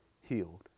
healed